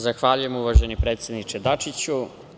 Zahvaljujem, uvaženi predsedniče Dačiću.